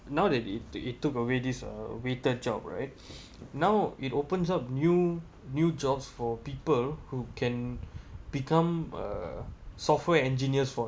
now they it it took away this waiter job right now it opens up new new jobs for people who can become a software engineers for